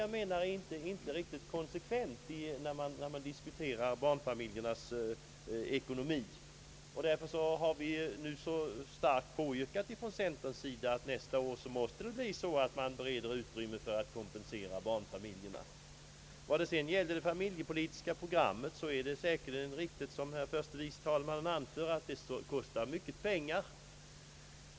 Jag menar att detta inte är riktigt konsekvent när man diskuterar barnfamiljernas ekonomi. Därför har vi från centern nu så kraftigt påyrkat att man nästa år bereder utrymme för att kompensera barnfamiljerna. Vad sedan gäller det familjepolitiska programmet är det säkerligen riktigt, som herr förste vice talmannen anförde, att det kostar mycket pengar.